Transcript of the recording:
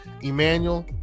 Emmanuel